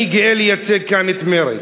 אני גאה לייצג כאן את מרצ,